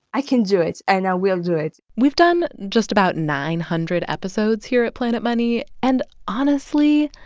i can do it, and i will do it we've done just about nine hundred episodes here at planet money. and honestly,